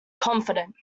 confident